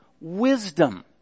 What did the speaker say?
Wisdom